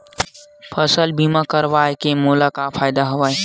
फसल बीमा करवाय के मोला का फ़ायदा हवय?